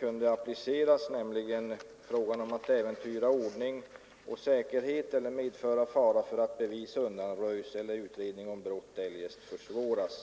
kan appliceras på fallet. Jag tänker på de bestämmelser som gäller i fråga om besök som kan äventyra ordning och säkerhet på anstalten eller som kan medföra fara för att bevis undanröjs eller utredning om brott eljest försvåras.